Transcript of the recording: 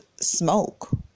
smoke